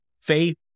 faith